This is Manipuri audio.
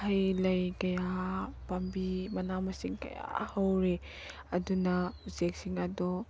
ꯍꯩꯂꯩ ꯀꯌꯥ ꯄꯥꯝꯕꯤ ꯃꯅꯥ ꯃꯁꯤꯡ ꯀꯌꯥ ꯍꯧꯔꯤ ꯑꯗꯨꯅ ꯎꯆꯦꯛꯁꯤꯡ ꯑꯗꯨ